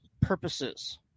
purposes